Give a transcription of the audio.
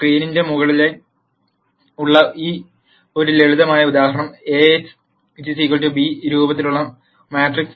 സ്ക്രീനിന്റെ മുകളിൽ ഉള്ള ഒരു ലളിതമായ ഉദാഹരണം എ x b രൂപത്തിലുള്ള മാട്രിക്സ്